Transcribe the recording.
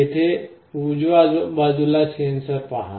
येथे उजव्या बाजूला सेन्सर पहा